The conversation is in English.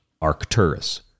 Arcturus